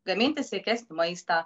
gaminti sveikesnį maistą